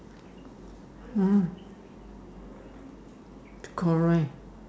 oh correct